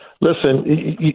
Listen